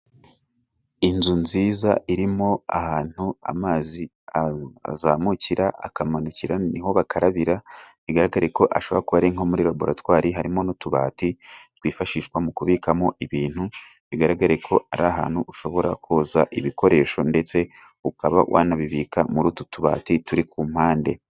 Inzu nziza irimo ahantu amazi azamukira, akamanukira ,niho bakarabira. Bigaragare ko ashobora kuba nko muri laboratwari, harimo n'utubati twifashishwa mu kubikamo ibintu. Bigaraga ko ari ahantu ushobora koza ibikoresho ndetse ukaba wanabibika muri utu tubati turi ku mpande.